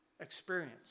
experience